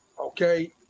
okay